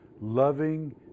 Loving